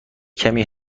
کمی